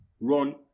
run